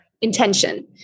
intention